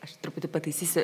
aš truputį pataisysiu